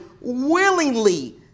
willingly